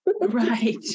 right